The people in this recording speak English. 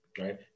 right